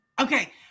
Okay